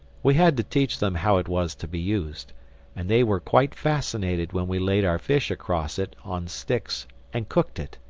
we had to teach them how it was to be used and they were quite fascinated when we laid our fish across it on sticks and cooked it.